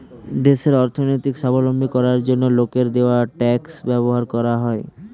দেশের অর্থনীতিকে স্বাবলম্বী করার জন্য লোকের দেওয়া ট্যাক্স ব্যবহার করা হয়